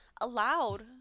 allowed